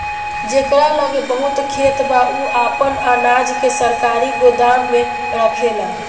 जेकरा लगे बहुत खेत बा उ आपन अनाज के सरकारी गोदाम में रखेला